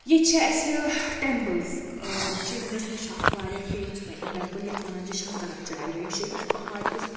ییٚتہِ چھِ اَسہِ ٹیمپٕلز سرینَگرَس منٛز چھِ اَکھ واریاہ فیمَس ٹٮ۪مپٕل یَتھ وَنان چھِ شَنکَراچاریا یہِ چھِ أکِس پہاڑ کِس